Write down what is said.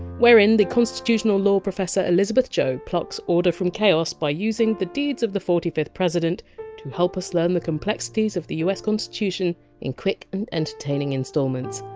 wherein the constitutional law professor elizabeth joh plucks order from chaos by using the deeds of the forty fifth president to help us learn the complexities of the us constitution in quick and entertaining instalments.